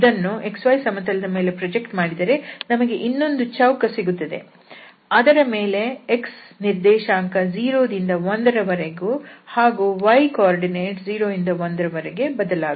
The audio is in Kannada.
ಇದನ್ನು xy ಸಮತಲದ ಮೇಲೆ ಪ್ರಾಜೆಕ್ಟ್ ಮಾಡಿದರೆ ನಮಗೆ ಇನ್ನೊಂದು ಚೌಕ ಸಿಗುತ್ತದೆ ಅದರ ಮೇಲೆ x ನಿರ್ದೇಶಾಂಕ 0 ದಿಂದ 1 ರ ವರೆಗೆ ಹಾಗೂ y ನಿರ್ದೇಶಾಂಕ 0 ದಿಂದ 1 ರ ವರೆಗೆ ಬದಲಾಗುತ್ತದೆ